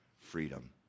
freedom